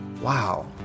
Wow